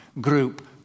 group